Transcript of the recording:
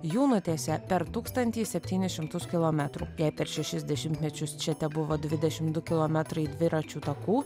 jų nutiesė per tūkstantį septynis šimtus kilometrų jei per šešis dešimtmečius čia tebuvo dvidešimt du kilometrai dviračių takų